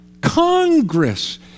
Congress